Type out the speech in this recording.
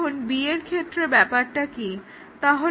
এখন B এর ব্যাপারটা কি হবে